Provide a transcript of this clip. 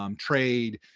um trade,